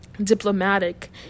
diplomatic